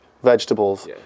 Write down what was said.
Vegetables